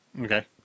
Okay